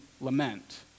lament